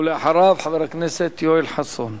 ולאחריו, חבר הכנסת יואל חסון.